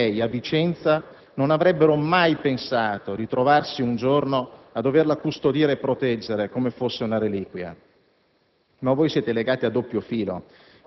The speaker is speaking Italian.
gli stessi che però, marciando contro di lei a Vicenza, non avrebbero mai pensato di trovarsi un giorno a doverla custodire e proteggere, come fosse una reliquia.